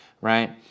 right